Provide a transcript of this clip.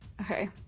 Okay